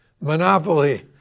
Monopoly